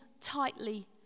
tightly